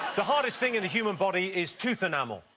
the hardest thing in the human body is tooth enamel.